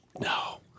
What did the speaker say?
No